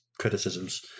criticisms